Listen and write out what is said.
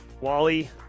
Wally